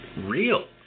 real